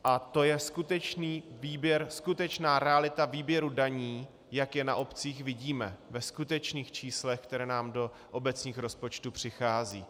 A to je skutečný výběr, skutečná realita výběru daní, jak je na obcích vidíme ve skutečných číslech, které nám do obecního rozpočtu přichází.